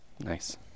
Nice